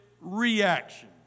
reaction